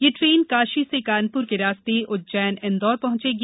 ये ट्रेन काशी से कानपूर के रास्ते उज्जैन इंदौर पहंचेगी